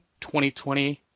2020